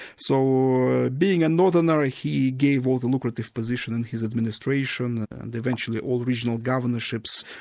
so being a northerner, ah he gave all the lucrative positions in his administration and eventually all regional governorships,